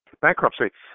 Bankruptcy